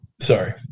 Sorry